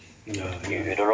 ya